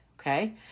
okay